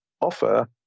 offer